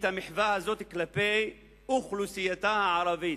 המחווה הזאת כלפי אוכלוסייתה הערבית.